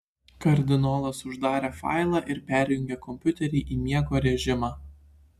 kardinolas uždarė failą ir perjungė kompiuterį į miego režimą